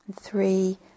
Three